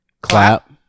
clap